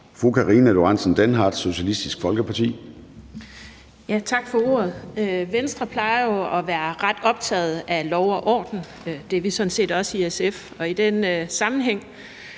Karina Lorentzen Dehnhardt (SF): Tak for ordet. Venstre plejer jo at være ret optaget af lov og orden. Det er vi sådan set også i SF, og i den sammenhæng